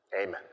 Amen